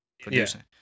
producing